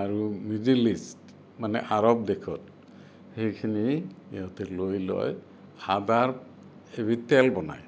আৰু middle east মানে আৰৱ দেশত সেইখিনি সিহঁতে লৈ লয় আদাৰ এবিধ তেল বনায়